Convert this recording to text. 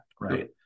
right